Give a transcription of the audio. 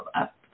up